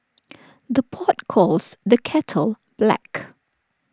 the pot calls the kettle black